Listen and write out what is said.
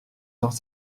dans